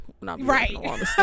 right